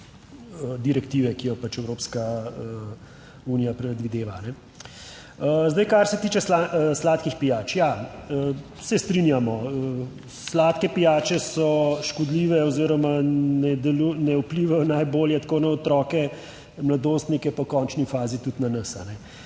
direktive, ki jo Evropska unija predvideva. Kar se tiče sladkih pijač. Ja, se strinjamo, sladke pijače so škodljive oziroma ne vplivajo najbolje tako na otroke, mladostnike, pa v končni fazi tudi na nas.